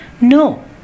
no